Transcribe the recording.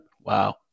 Wow